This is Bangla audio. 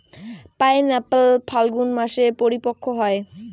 পাইনএপ্পল ফাল্গুন মাসে পরিপক্ব হয়